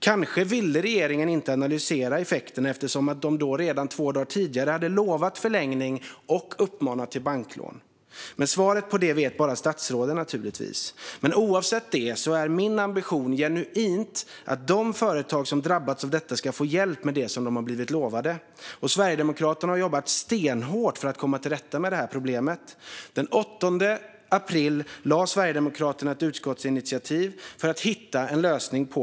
Kanske ville regeringen inte analysera effekterna eftersom man två dagar tidigare hade utlovat förlängning och uppmanat till att ta banklån. Svaret på det vet naturligtvis bara statsråden. Oavsett det är min genuina ambition att de företag som drabbats av detta ska få hjälp med det som de blivit lovade. Sverigedemokraterna har jobbat stenhårt för att komma till rätta med det här problemet. Den 8 april lade Sverigedemokraterna ett utskottsinitiativ för att hitta en lösning.